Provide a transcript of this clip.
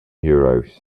euros